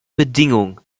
bedingung